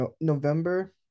November